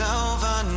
over